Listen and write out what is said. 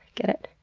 get it?